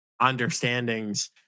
understandings